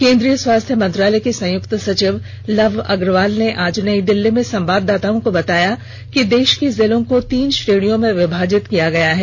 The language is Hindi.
केंद्रीय स्वास्थ्य मंत्रालय के संयुक्त सचिव लव अग्रवाल ने आज नई दिल्ली में संवाददाताओं को बताया कि देश के जिलों को तीन श्रेणियों में विभाजित किया गया है